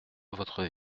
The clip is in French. votre